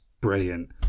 brilliant